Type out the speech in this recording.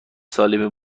سالمی